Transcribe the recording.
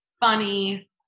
funny